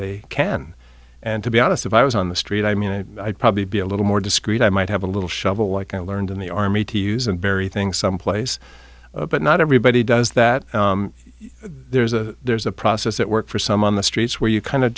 they can and to be honest if i was on the street i mean i probably be a little more discreet i might have a little shovel like i learned in the army to use and bury things someplace but not everybody does that there's a there's a process that work for some on the streets where you kind of